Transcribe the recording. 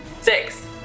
Six